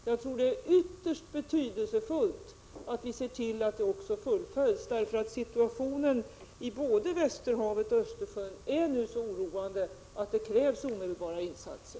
Jag tror det är ytterst betydelsefullt att vi ser till att detta också fullföljs. Situationen är nämligen nu så oroande i både Västerhavet och Östersjön att det krävs omedelbara insatser.